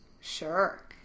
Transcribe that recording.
Sure